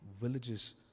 villages